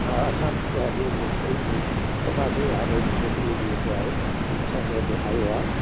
हा असां तयारी कंदासीं हा भई इन छोकिरीअ जी जेको आहे असां हिन वटि आयो आहे